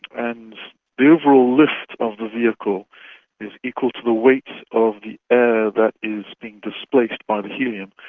and the overall lift of the vehicle is equal to the weight of the air that is being displaced by the helium.